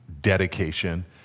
dedication